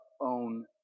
own